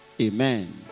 Amen